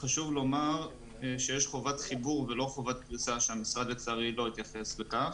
לומר שיש חובת חיבור ולא חובת פריסה שהמשרד לצערי לא התייחס אליו